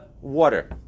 water